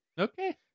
Okay